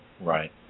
Right